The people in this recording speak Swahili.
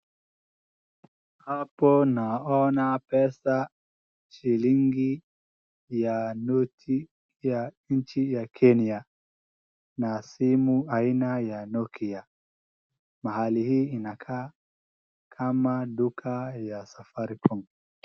Hapo naona pesa shilingi ya noti ya nchi ya Kenya na simu aina ya Nokia. Mahali hii inakaa kama duka ya Safaricom.